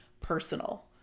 personal